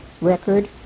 record